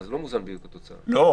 הרי התוצאות לא מוזנות באותו היום.